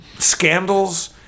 scandals